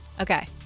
Okay